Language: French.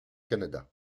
canada